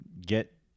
get